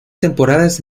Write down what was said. temporadas